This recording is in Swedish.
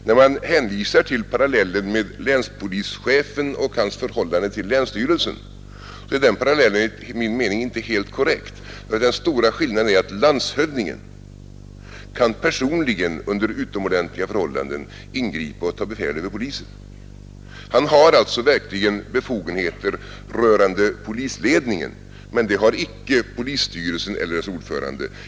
När man hänvisar till parallellen med länspolischefen och hans förhållande till länsstyrelsen är den parallellen enligt min mening inte helt korrekt. Den stora skillnaden är att landshövdingen kan personligen under utomordentliga förhållanden ingripa och ta befäl över polisen. Han har alltså verkligen befogenheter rörande polisledningen, men det har icke polisstyrelsen eller dess ordförande.